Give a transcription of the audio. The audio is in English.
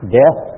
death